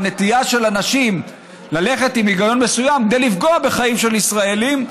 בנטייה של אנשים ללכת עם היגיון מסוים כדי לפגוע בחיים של ישראלים,